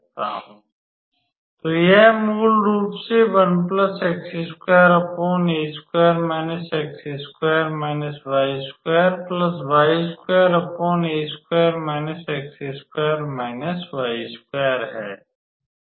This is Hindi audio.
तो यह मूल रूप से है